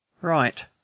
Right